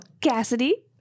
Cassidy